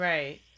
Right